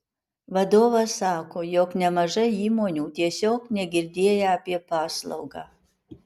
vadovas sako jog nemažai įmonių tiesiog negirdėję apie paslaugą